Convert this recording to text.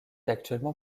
actuellement